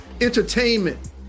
entertainment